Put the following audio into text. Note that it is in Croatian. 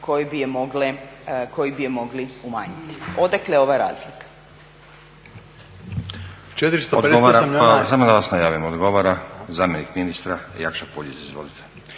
koji bi je mogli umanjiti. Odakle ova razlika?